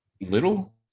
Little